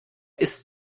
ist